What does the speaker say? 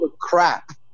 crap